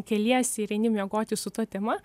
keliesi ir eini miegoti su ta tema